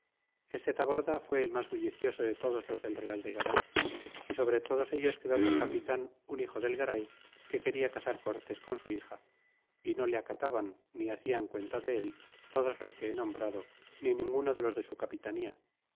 este taborda fué el mas bullicioso de todos los del real de garay y sobre todos ellos quedó por capitan un hijo del garay que quena casar cortés con su hija y no le acataban ni hacian cuenta del todos los que he nombrado ni ninguno de los de su capitan